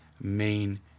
main